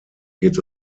geht